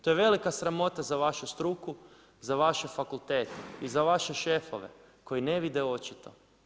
To je velika sramota za vašu struku, za vaše fakultete i za vaše šefove, koji ne vide očito.